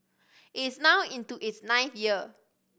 it is now into its ninth year